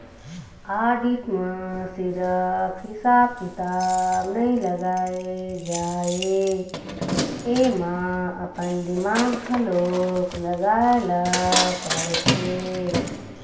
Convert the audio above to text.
audit म सिरिफ हिसाब किताब नइ लगाए जाए एमा अपन दिमाक घलोक लगाए ल परथे